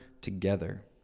together